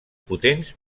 potents